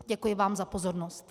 Děkuji vám za pozornost.